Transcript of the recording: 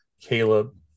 Caleb